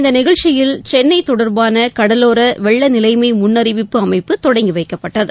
இந்த நிகழ்ச்சியில் சென்னை தொடர்பான கடலோர வெள்ளநிலைமை முன்னறிவிப்பு அமைப்பு தொடங்கி வைக்கப்பட்டது